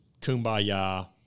kumbaya